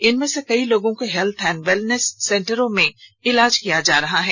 इनमें से कई लोगों को हेल्थ एंड वेलनेस सेंटरों में इलाज किया जा रहा है